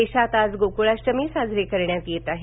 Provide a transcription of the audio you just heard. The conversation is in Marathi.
देशात आज गोकूळाष्टमी साजरी करण्यात येत आहे